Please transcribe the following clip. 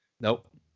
Nope